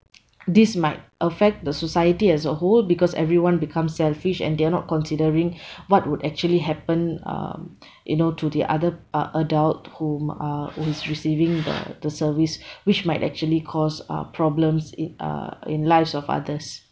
this might affect the society as a whole because everyone becomes selfish and they are not considering what would actually happen um you know to the other uh adult whom uh who is receiving the the service which might actually cause uh problems in uh in lives of others